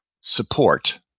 support